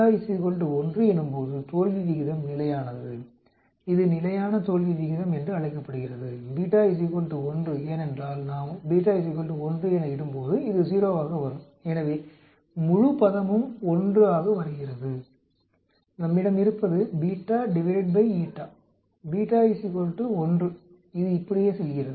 ஆனால் எனும்போது தோல்வி விகிதம் நிலையானது இது நிலையான தோல்வி விகிதம் என்று அழைக்கப்படுகிறது ஏனென்றால் நாம் என இடும்போது இது 0 ஆக வரும் எனவே முழு பதமும் 1ஆக வருகிறது நம்மிடம் இருப்பது இது இப்படியே செல்கிறது